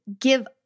give